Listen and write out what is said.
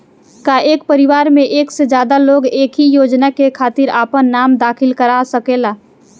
का एक परिवार में एक से ज्यादा लोग एक ही योजना के खातिर आपन नाम दाखिल करा सकेला?